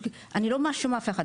אני לא מאשימה אף אחד,